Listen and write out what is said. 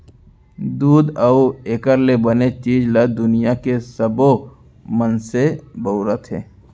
दूद अउ एकर ले बने चीज ल दुनियां के सबो मनसे बउरत हें